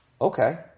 okay